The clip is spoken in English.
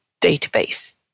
database